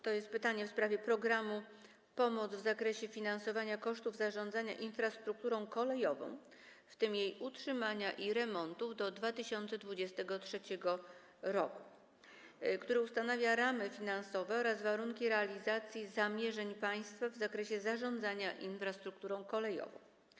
To jest pytanie w sprawie programu „Pomoc w zakresie finansowania kosztów zarządzania infrastrukturą kolejową, w tym jej utrzymania i remontów do 2023 r.”, który ustanawia ramy finansowe oraz warunki realizacji zamierzeń państwa w zakresie zarządzania infrastrukturą kolejową.